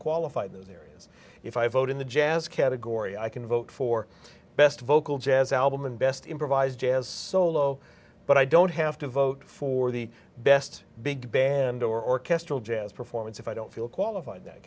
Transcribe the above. qualified those areas if i vote in the jazz category i can vote for best vocal jazz album and best improvised jazz solo but i don't have to vote for the best big band orchestral jazz performance if i don't feel qualified that